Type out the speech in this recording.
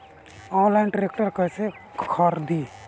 Online tractor कैसे खरदी?